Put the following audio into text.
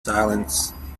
silence